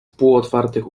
półotwartych